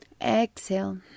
exhale